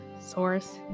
Source